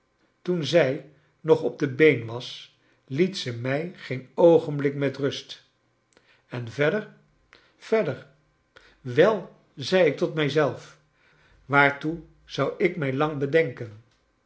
toen zij nog op de been was liet ze mij geen oogenblik met rust en verder verder wel zei ik tot mij zelf waartoe zou ik mij lang bedenken